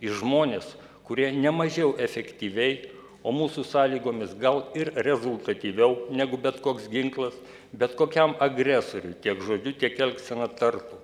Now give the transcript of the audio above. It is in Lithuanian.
į žmones kurie ne mažiau efektyviai o mūsų sąlygomis gal ir rezultatyviau negu bet koks ginklas bet kokiam agresoriui tiek žodžiu tiek elgsena tartum